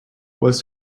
was